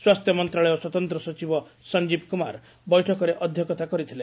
ସ୍ୱାସ୍ଥ୍ୟ ମନ୍ତଶାଳୟ ସ୍ୱତନ୍ତ ସଚିବ ସଂଜୀବ କୁମାର ବୈଠକରେ ଅଧ୍ୟକ୍ଷତା କରିଥିଲେ